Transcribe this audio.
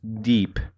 deep